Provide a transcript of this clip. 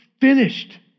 finished